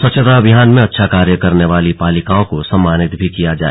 स्वच्छता अभियान में अच्छा कार्य करने वाली पालिकाओं को सम्मानित भी किया जाए